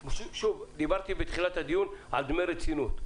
דיברתי בתחילת הדיון על דמי רצינות.